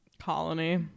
colony